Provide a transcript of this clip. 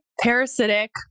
parasitic